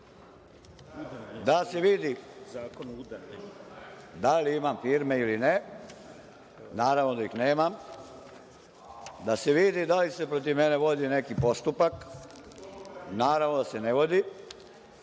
da se vidi da li imam firme ili ne, naravno da ih nemam, da se vidi da li se protiv mene vodi neki postupak, naravno da se ne vodi,